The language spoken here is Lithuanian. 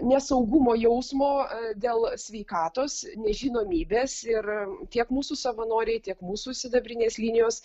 nesaugumo jausmo dėl sveikatos nežinomybės ir tiek mūsų savanoriai tiek mūsų sidabrinės linijos